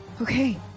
Okay